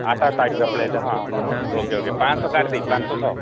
ଅଚ୍ଛା ଅଚ୍ଛା ପ ଜ ପ୍ଲେଟ୍ ହଁ ଓ କେ ଓ କେ ପାଞ୍ଚଶହ କାଢ଼ିଦେବି ପାଞ୍ଚଶହ